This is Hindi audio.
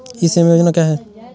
ई श्रम योजना क्या है?